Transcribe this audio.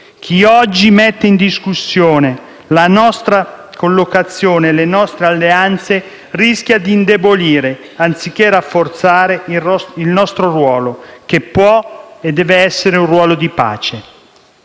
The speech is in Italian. Chi oggi mette in discussione la nostra collocazione e le nostre alleanze rischia di indebolire, anziché rafforzare, il nostro ruolo, che può e deve essere un ruolo di pace.